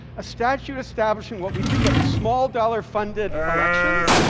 a statute establishing what we think of as small dollar funded elections,